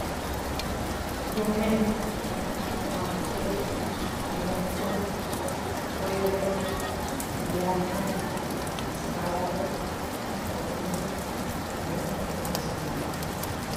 Lune marte miercú juebe bierne sábadu domingu domingu é sesoéna lo mismo si.